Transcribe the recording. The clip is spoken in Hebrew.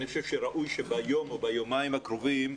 אני חושב שראוי שביום או ביומיים הקרובים,